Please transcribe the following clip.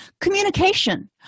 Communication